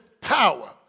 power